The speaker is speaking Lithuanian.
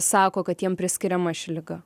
sako kad jiem priskiriama ši liga